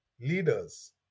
leaders